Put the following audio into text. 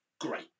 great